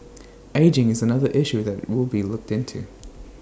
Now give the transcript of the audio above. ageing is another issue that will be looked into